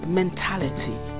mentality